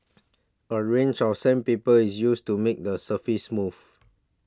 a range of sandpaper is used to make the surface smooth